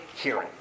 hearing